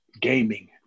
gaming